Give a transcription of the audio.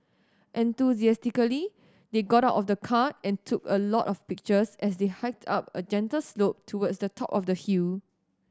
enthusiastically they got out of the car and took a lot of pictures as they hiked up a gentle slope towards the top of the hill